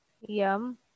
Yum